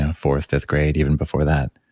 ah fourth, fifth grade, even before that,